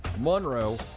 Monroe